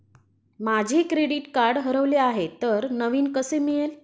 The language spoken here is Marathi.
माझे क्रेडिट कार्ड हरवले आहे तर नवीन कसे मिळेल?